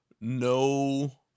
no